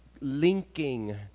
linking